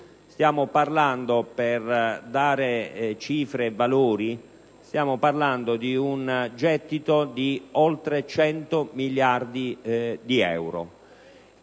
Stiamo parlando, per dare cifre e valori, di un gettito di oltre 100 miliardi di euro.